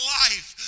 life